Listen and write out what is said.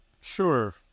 Sure